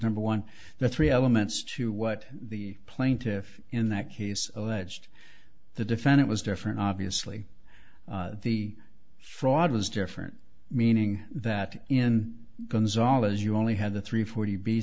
number one the three elements to what the plaintiff in that case alleged the defendant was different obviously the fraud is different meaning that in gonzalez you only had the three forty b